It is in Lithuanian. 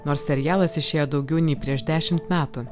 nors serialas išėjo daugiau nei prieš dešimt metų